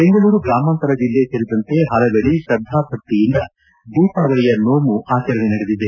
ಬೆಂಗಳೂರು ಗ್ರಾಮಾಂತರ ಜಿಲ್ಲೆ ಸೇರಿದಂತೆ ಹಲವೆಡೆ ಶ್ರದ್ಧಾ ಭಕ್ತಿಯಿಂದ ದೀಪಾವಳಿಯ ನೋಮು ಆಚರಣೆ ನಡೆದಿದೆ